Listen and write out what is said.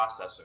processor